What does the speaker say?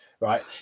right